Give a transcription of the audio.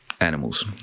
Animals